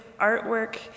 artwork